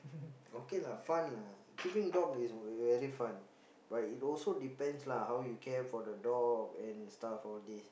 okay lah fun lah keeping dog is very fun but it also depends lah how you care for the dog and stuff all these